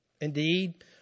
indeed